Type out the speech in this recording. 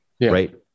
right